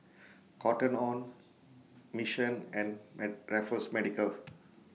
Cotton on Mission and Raffles Medical